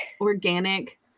Organic